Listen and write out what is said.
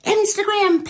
Instagram